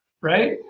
right